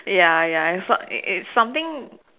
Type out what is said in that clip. ya ya it's not it's something